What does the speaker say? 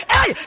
Hey